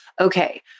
okay